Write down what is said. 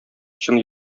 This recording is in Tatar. чын